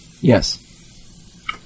Yes